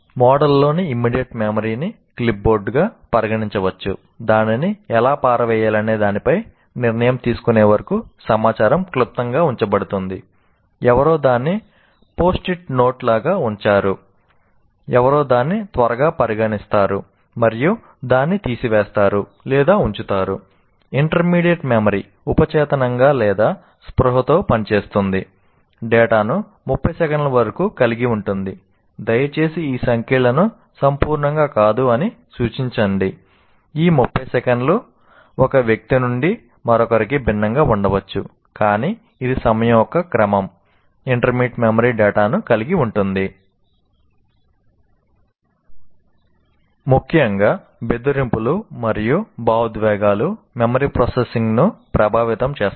మోడల్లోని immediate memory ముఖ్యంగా బెదిరింపులు మరియు భావోద్వేగాలు మెమరీ ప్రాసెసింగ్ను ప్రభావితం చేస్తాయి